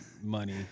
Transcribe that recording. money